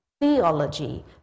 theology